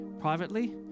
privately